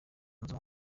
nzu